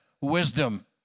wisdom